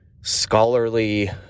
scholarly